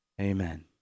Amen